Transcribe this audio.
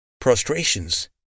prostrations